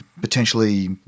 potentially-